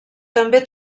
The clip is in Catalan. també